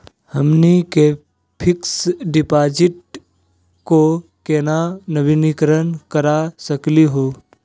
हमनी के fix deposit क केना नवीनीकरण करा सकली हो?